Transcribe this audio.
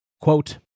Quote